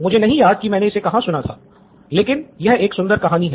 मुझे नहीं याद कि मैंने इसे कहाँ सुना था लेकिन यह एक सुंदर कहानी है